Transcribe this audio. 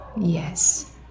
Yes